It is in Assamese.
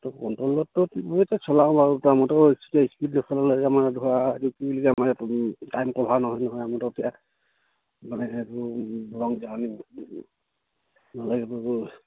অঁ কণ্ট্ৰলতেইটো চলাওঁ বাৰু মোৰ মতেতো এতিয়া স্পিড ব্ৰেক হ'লে আমাৰ ধৰা এইটো কি বুলি কয় আমাৰ টাইম কভাৰ নহয় নহয় আমিতো এতিয়া মানেতো এই লং জাৰ্ণিত ওলাই যাবগৈ লাগে